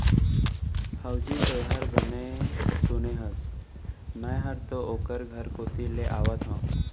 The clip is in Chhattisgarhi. हवजी, तैंहर बने सुने हस, मैं हर तो ओकरे घर कोती ले आवत हँव